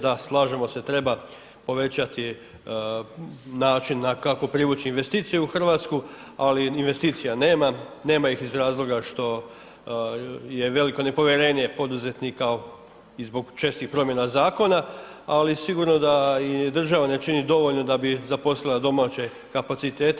Da slažemo se treba povećati način kako privući investicije u Hrvatsku, ali investicija nema, nema ih iz razloga što je veliko nepovjerenje poduzetnika i zbog čestih promjena zakona, ali sigurno da i država ne čini dovoljno da bi zaposlila domaće kapacitete.